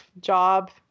job